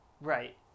Right